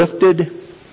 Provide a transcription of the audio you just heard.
lifted